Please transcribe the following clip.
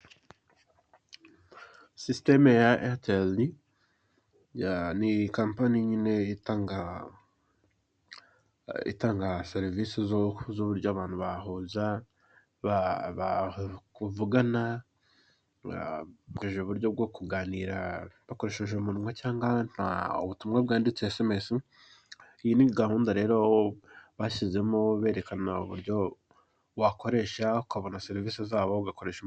Sisiteme ya Eyateri, ni kampani nyine itanga itanga serivisi z'uburyo abantu bahuza, bavugana bakoresheje uburyo bwo kuganira bakoresheje umunwa cyangwa nka ubutumwa bwanditse esemesi. Iyi ni gahunda rero bashyizemo berekana uburyo wakoresha ukabona serivise zabo ugakoresha.